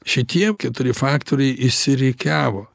šitie keturi faktoriai išsirikiavo